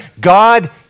God